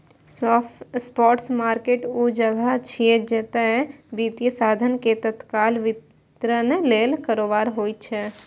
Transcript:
spot market ऊ जगह छियै, जतय वित्तीय साधन के तत्काल वितरण लेल कारोबार होइ छै